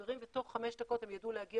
המשברים ותוך חמש דקות הם ידעו להגיע